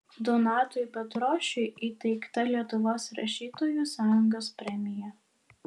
donatui petrošiui įteikta lietuvos rašytojų sąjungos premija